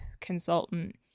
consultant